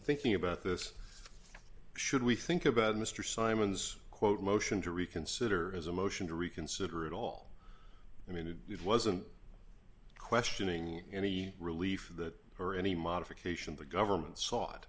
thinking about this should we think about mr simon's quote motion to reconsider is a motion to reconsider at all i mean it wasn't questioning the relief of the or any modification the government sought